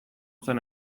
zen